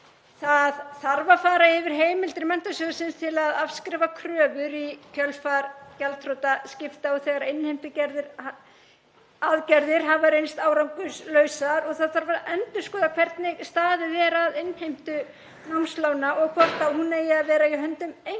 Það þarf að fara yfir heimildir sjóðsins til að afskrifa kröfur í kjölfar gjaldþrotaskipta og þegar innheimtuaðgerðir hafa reynst árangurslausar og það þarf að endurskoða hvernig staðið er að innheimtu námslána og hvort hún eigi að vera í höndum